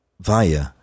via